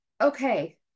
okay